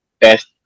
best